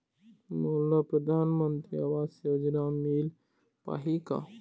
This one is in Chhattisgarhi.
मोला परधानमंतरी आवास योजना मिल पाही का?